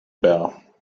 bow